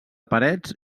parets